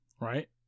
Right